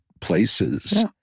places